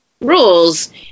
rules